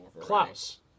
Klaus